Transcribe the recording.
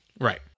Right